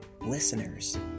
listeners